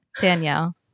Danielle